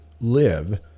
live